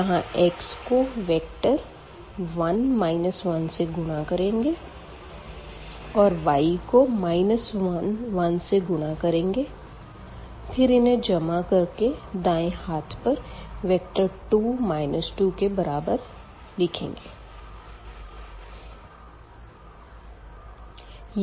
यहाँ x को vector 1 1 से गुणा करेंगे और y को 1 1 से गुणा करेंगे फिर इन्हें जमा कर के दाएँ हाथ पर वेक्टर 2 2 के बराबर लिखा जाएगा